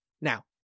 Now